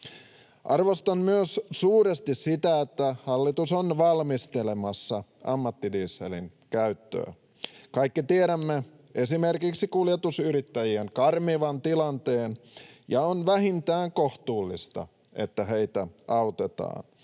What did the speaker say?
Arvostan myös suuresti sitä, että hallitus on valmistelemassa ammattidieselin käyttöä. Kaikki tiedämme esimerkiksi kuljetusyrittäjien karmivan tilanteen, ja on vähintään kohtuullista, että heitä autetaan.